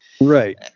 Right